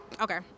Okay